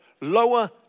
lower